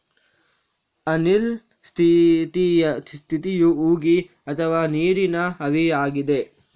ಅನಿಲ ಸ್ಥಿತಿಯು ಉಗಿ ಅಥವಾ ನೀರಿನ ಆವಿಯಾಗಿದೆ